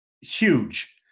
huge